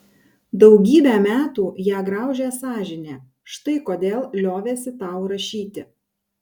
daugybę metų ją graužė sąžinė štai kodėl liovėsi tau rašyti